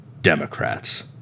Democrats